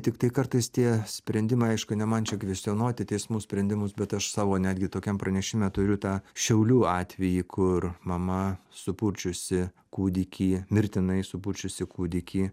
tiktai kartais tie sprendimai aišku ne man čia kvestionuoti teismų sprendimus bet aš savo netgi tokiam pranešime turiu tą šiaulių atvejį kur mama supurčiusi kūdikį mirtinai supurčiusi kūdikį